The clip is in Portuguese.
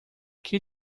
que